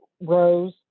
Rose